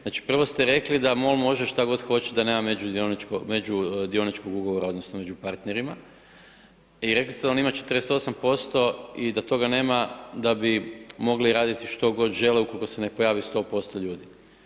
Znači prvo ste rekli da MOL može što god hoće, da nema međudioničkog ugovora odnosno među partnerima i rekli ste da on ima 48% i da toga nema da bi mogli raditi što god žele ukoliko se ne pojavi 100% ljudi.